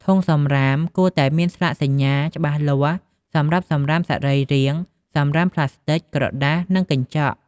ធុងសំរាមគួរតែមានស្លាកសញ្ញាច្បាស់លាស់សម្រាប់សំរាមសរីរាង្គ សំរាមប្លាស្ទិក ក្រដាស និងកញ្ចក់។